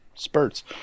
spurts